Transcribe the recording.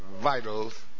vitals